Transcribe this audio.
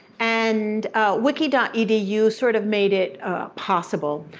and wiki dot edu sort of made it possible.